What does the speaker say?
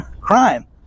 crime